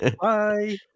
Bye